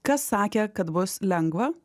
kas sakė kad bus lengva